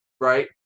right